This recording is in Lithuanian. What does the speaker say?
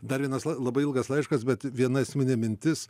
dar vienas la labai ilgas laiškas bet viena esminė mintis